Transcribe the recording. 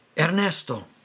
Ernesto